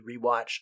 rewatch